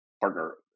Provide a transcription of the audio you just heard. partner